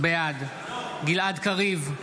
בעד גלעד קריב,